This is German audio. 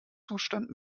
zustand